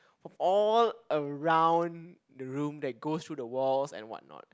of all around the room that goes through the walls and what not